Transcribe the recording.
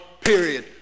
period